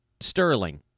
Sterling